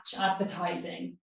advertising